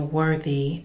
worthy